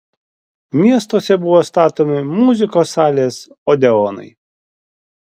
miestuose buvo statomi muzikos salės odeonai